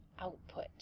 output